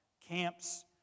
camps